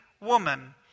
woman